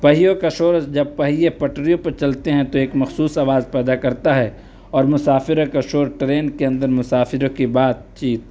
پہیوں کا شور جب پہیے پٹریوں پہ چلتے ہیں تو ایک مخصوص آواز پیدا کرتا ہے اور مسافروں کا شور ٹرین کے اندر مسافروں کی بات چیت